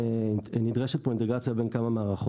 נדרשת כאן אינטגרציה בין כמה מערכות.